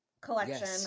collection